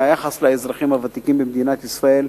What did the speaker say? לאזרחים הוותיקים במדינת ישראל,